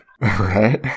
Right